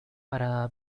para